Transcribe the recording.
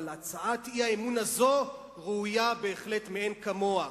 אבל הצעת האי-אמון הזו ראויה בהחלט, מאין כמוה.